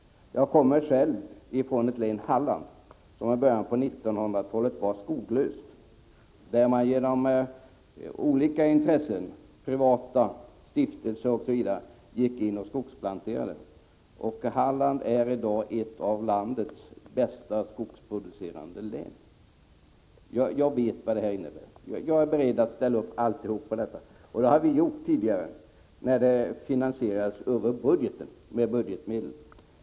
Jag kommer själv från Halland, som i början av 1900-talet var helt skoglöst. Men olika intressen — privata intressen och stiftelser — gick in och planterade skog. Halland är i dag ett av landets bästa skogsproducerande län. Jag vet vad det innebär. Jag är beredd att ställa upp. Det har vi gjort tidigare när det hela finansierades över budgeten, alltså med budgetmedel.